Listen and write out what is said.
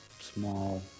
small